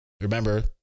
remember